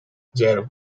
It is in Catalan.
zero